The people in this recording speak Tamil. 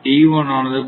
D1 ஆனது 0